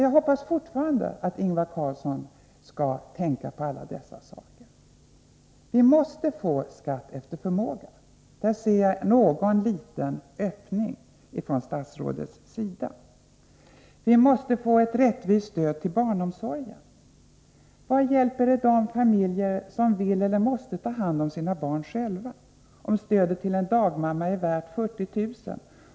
Jag hoppas fortfarande att Ingvar Carlsson skall allvarligt fundera på det jag påvisade. Vi måste få skatt efter förmåga. Där ser jag från statsrådets sida en vilja till någon liten öppning. Vi måste få ett rättvist stöd till barnomsorgen. Vad hjälper det de familjer som vill eller måste ta hand om sina barn själva att stödet till en dagmamma är värt 40000 kr.